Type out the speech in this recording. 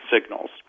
signals